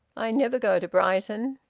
i never go to brighton.